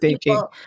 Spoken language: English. people